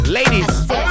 ladies